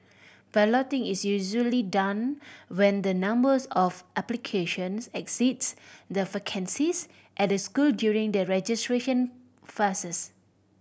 balloting is usually done when the numbers of applications exceeds the vacancies at a school during the registration phases